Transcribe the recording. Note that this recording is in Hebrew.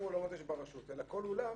יש ברשות, אלא כל אולם